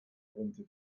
brummte